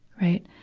right.